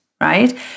right